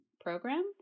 program